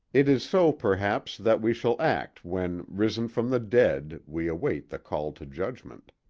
it is so, perhaps, that we shall act when, risen from the dead, we await the call to judgment.